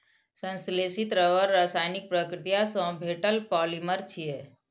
संश्लेषित रबड़ रासायनिक प्रतिक्रिया सं भेटल पॉलिमर छियै